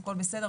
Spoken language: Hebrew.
הכול בסדר,